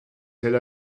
tel